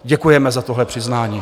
Děkujeme za tohle přiznání.